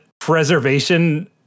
preservation